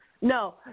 No